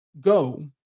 go